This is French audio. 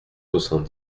soixante